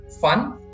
fun